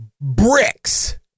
bricks